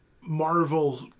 Marvel